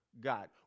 God